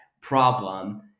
problem